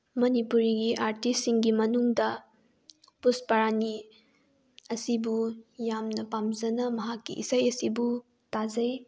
ꯃꯅꯤꯄꯨꯔꯤꯒꯤ ꯑꯥꯔꯇꯤꯁꯁꯤꯡꯒꯤ ꯃꯅꯨꯡꯗ ꯄꯨꯁꯄꯥꯔꯥꯅꯤ ꯑꯁꯤꯕꯨ ꯌꯥꯝꯅ ꯄꯥꯝꯖꯅ ꯃꯍꯥꯛꯀꯤ ꯏꯁꯩ ꯑꯁꯤꯕꯨ ꯇꯥꯖꯩ